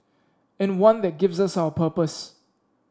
and one that gives us our purpose